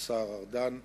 השר ארדן,